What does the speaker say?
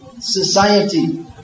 society